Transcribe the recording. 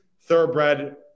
thoroughbred